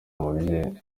umubyeyi